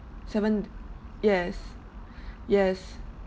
seven yes yes